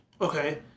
Okay